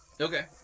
Okay